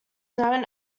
known